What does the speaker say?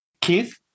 keith